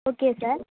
okay sir